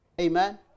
Amen